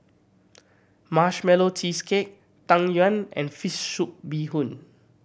Marshmallow Cheesecake Tang Yuen and fish soup bee hoon